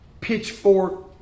pitchfork